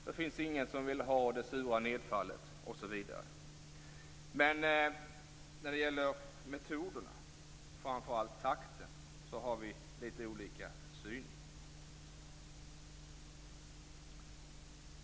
Det finns ingen som vill ha det sura nedfallet osv. Men när det gäller metoderna och framför allt takten har vi olika syn.